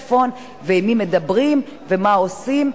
הטלפון, ועם מי מדברים ומה עושים.